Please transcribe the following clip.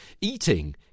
Eating